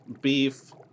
beef